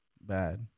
bad